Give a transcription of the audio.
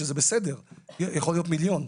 שזה בסדר - יכולים להיות מיליון,